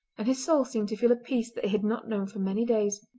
and his soul seemed to feel a peace that it had not known for many days.